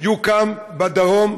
יוקם בדרום,